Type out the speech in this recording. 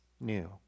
new